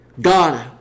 God